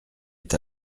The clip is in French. est